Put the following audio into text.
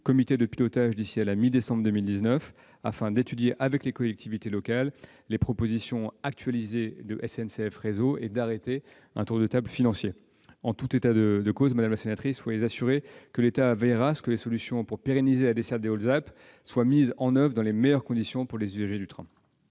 comité de pilotage d'ici à la mi-décembre 2019, afin d'étudier avec les collectivités locales les propositions actualisées de SNCF Réseau et d'organiser un tour de table sur les questions financières. En tout état de cause, madame la sénatrice, soyez assurée que l'État veillera à ce que les solutions permettant de pérenniser la desserte des Hautes-Alpes soient mises en oeuvre dans les meilleures conditions pour les usagers du train.